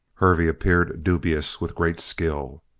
hervey appeared dubious with great skill.